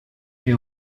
que